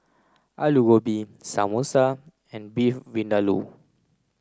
Alu Gobi Samosa and Beef Vindaloo